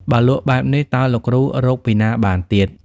បើលក់បែបនេះ តើលោកគ្រូរកពីណាបានទៀត?។